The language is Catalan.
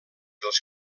dels